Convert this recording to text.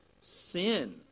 sin